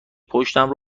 پشتم